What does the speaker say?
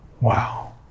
Wow